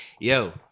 Yo